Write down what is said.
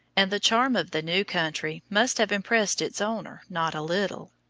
and the charm of the new country must have impressed its owner not a little.